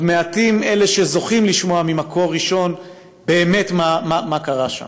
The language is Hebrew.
כבר מעטים אלה שזוכים לשמוע ממקור ראשון באמת מה קרה שם.